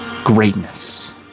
Greatness